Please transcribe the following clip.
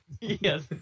Yes